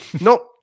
no